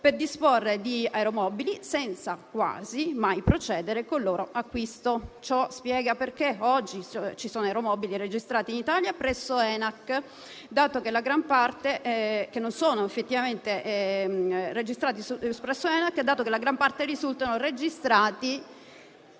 per disporre degli aeromobili senza quasi mai procedere col loro acquisto. Ciò spiega perché oggi non ci sono aeromobili registrati in Italia presso ENAC, dato che la gran parte risultano registrati